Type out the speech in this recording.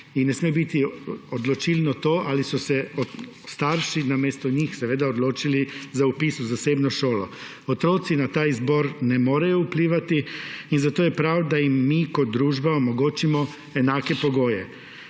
ne sme biti odločilno to, ali so se starši namesto njih, seveda, odločili za vpis v zasebno šolo. Otroci na ta izbor ne morejo vplivati in zato je prav, da jim mi kot družba omogočimo enake pogoje.